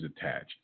attached